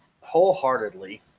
wholeheartedly